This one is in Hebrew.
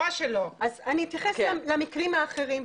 אז אני אתייחס למקרים האחרים,